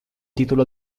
título